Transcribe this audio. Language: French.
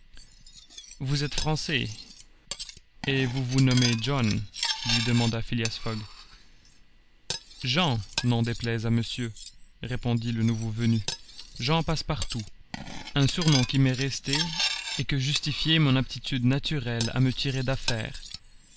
vous êtes français et vous vous nommez john lui demanda phileas fogg jean n'en déplaise à monsieur répondit le nouveau venu jean passepartout un surnom qui m'est resté et que justifiait mon aptitude naturelle à me tirer d'affaire